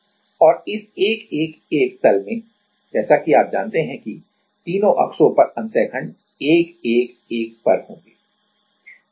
और इस 1 1 1 तल में जैसा कि आप जानते हैं कि तीनों अक्षों पर अंतः खंड 1 1 1 पर होगें